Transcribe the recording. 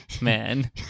man